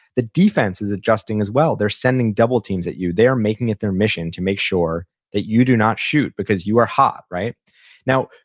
the defense is adjusting as well, they're sending double teams at you, they are making it their mission to make sure that you do not shoot because you are hot. now,